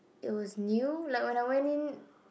it was new like when I went in